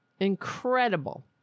Incredible